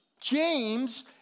James